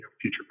future